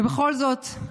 ובכל זאת,